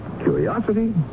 curiosity